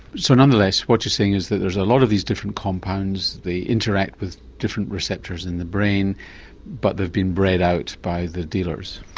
so nonetheless what you're saying is that there's a lot of these different compounds, they interact with different receptors in the brain but they've been bred out by the dealers?